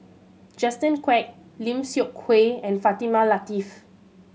Justin Quek Lim Seok Hui and Fatimah Lateef